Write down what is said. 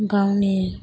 गावनि